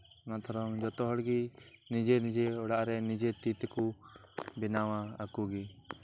ᱠᱚᱞᱚᱢ ᱠᱚ ᱫᱚᱦᱚ ᱞᱟᱹᱜᱤᱫ ᱦᱚᱸ ᱟᱵᱟᱨ ᱚᱱᱛᱮ ᱵᱟᱦᱟ ᱠᱚᱦᱚᱸ ᱟᱭᱢᱟᱜᱮ ᱮᱠᱮᱱ ᱩᱱᱠᱩ ᱛᱤᱛᱤᱜᱮ ᱵᱮᱱᱟᱣᱠᱟᱛᱮᱫ ᱠᱚ ᱟᱹᱜᱩ ᱠᱟᱜᱼᱟ ᱚᱱᱟ ᱛᱷᱚᱨᱚᱝ ᱡᱚᱛᱚ ᱦᱚᱲᱜᱮ ᱱᱤᱡᱮ ᱱᱤᱡᱮ ᱚᱲᱟᱜ ᱨᱮ ᱱᱤᱡᱮ ᱛᱤᱛᱮᱠᱚ ᱵᱮᱱᱟᱣᱼᱟ ᱟᱠᱚ ᱜᱮ